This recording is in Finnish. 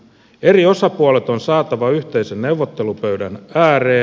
eri osapuolet on saatava yhteisen neuvottelupöydän ääreen